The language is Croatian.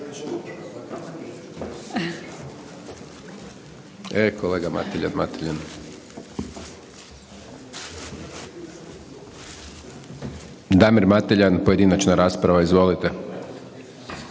E, kolega Mateljan, Mateljan. Damir Mateljan, pojedinačna rasprava. Izvolite.